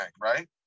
right